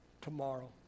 tomorrow